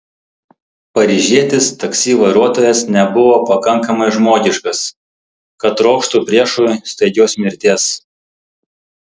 paryžietis taksi vairuotojas nebuvo pakankamai žmogiškas kad trokštų priešui staigios mirties